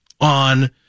on